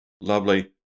Lovely